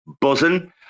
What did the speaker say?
buzzing